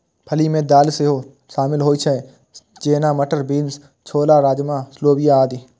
फली मे दालि सेहो शामिल होइ छै, जेना, मटर, बीन्स, छोला, राजमा, लोबिया आदि